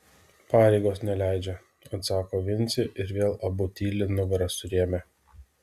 pareigos neleidžia atsako vincė ir vėl abu tyli nugaras surėmę